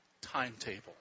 timetable